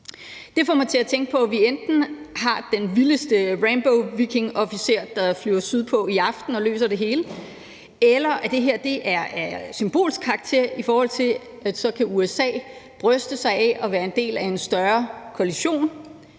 Det får mig til at tænke på, at vi enten har den vildeste Rambovikingofficer, der flyver sydpå i aften og løser det hele, eller at det her er af symbolsk karakter, i forhold til at USA så kan bryste sig af at være en del af en større koalition.